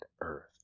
earth